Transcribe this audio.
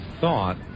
thought